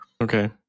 Okay